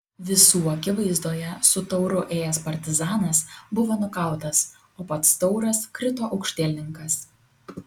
visų akivaizdoje su tauru ėjęs partizanas buvo nukautas o pats tauras krito aukštielninkas